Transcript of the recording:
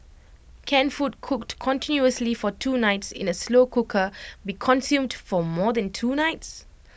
can food cooked continuously for two nights in A slow cooker be consumed for more than two nights